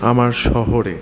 আমার শহরে